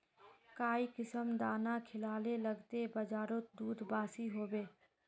काई किसम दाना खिलाले लगते बजारोत दूध बासी होवे?